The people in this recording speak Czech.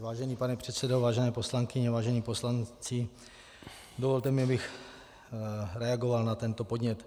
Vážený pane předsedo, vážené poslankyně, vážení poslanci, dovolte mi, abych reagoval na tento podnět.